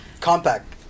Compact